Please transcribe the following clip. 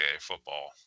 football